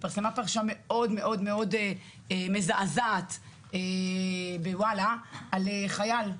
התפרסמה פרשה מאוד מאוד מאוד מזעזעת בוואלה על חייל,